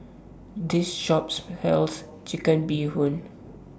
This Shop sells Chicken Bee Hoon